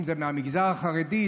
אם זה מהמגזר החרדי,